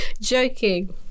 joking